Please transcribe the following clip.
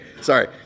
sorry